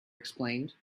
explained